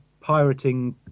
Pirating